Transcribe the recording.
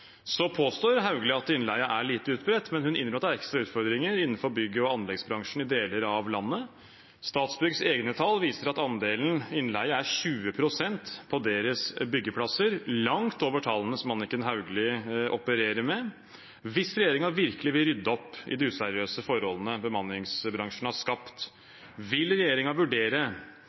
at innleie er lite utbredt, men hun innrømmer at det er ekstra utfordringer innenfor bygg- og anleggsbransjen i deler av landet. Statsbyggs egne tall viser at andelen innleie er 20 pst. på deres byggeplasser, og det er langt over tallene som Anniken Hauglie opererer med. Hvis regjeringen virkelig vil rydde opp i de useriøse forholdene bemanningsbransjen har skapt,